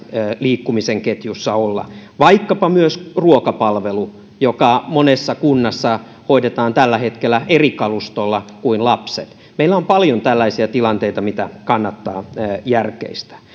liikkumisen ketjussa vaikkapa myös ruokapalvelun joka monessa kunnassa hoidetaan tällä hetkellä eri kalustolla kuin lapset meillä on paljon tällaisia tilanteita mitä kannattaa järkeistää